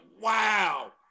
Wow